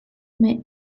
mais